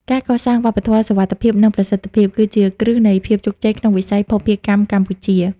ការកសាង "វប្បធម៌សុវត្ថិភាព និងប្រសិទ្ធភាព" គឺជាគ្រឹះនៃភាពជោគជ័យក្នុងវិស័យភស្តុភារកម្មកម្ពុជា។